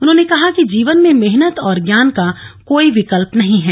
उन्होंने कहा कि जीवन में मेहनत और ज्ञान का कोई विकल्प नहीं है